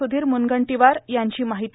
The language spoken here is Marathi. सुधीर मुनगंटीवार यांची माहिती